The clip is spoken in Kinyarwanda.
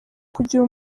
kugira